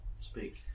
speak